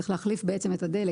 צריך להחליף בעצם את הדלק.